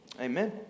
Amen